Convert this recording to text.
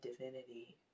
divinity